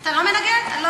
את ה"חמאס", ה"חמאס".